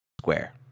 square